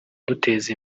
duteza